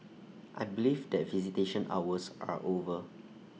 I believe that visitation hours are over